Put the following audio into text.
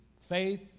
faith